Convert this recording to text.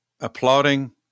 applauding